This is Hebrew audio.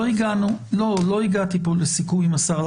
לא הגעתי פה לסיכום עם השר.